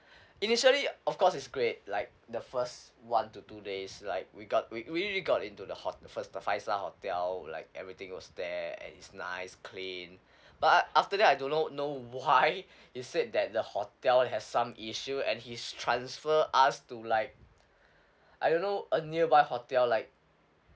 initially of course it's great like the first one to two days like we got we we we got into the ho~ the fir~ the five star hotel like everything was there and it's nice clean but a~ after that I do not know why he said that the hotel has some issue and he's transfer us to like I don't know a nearby hotel like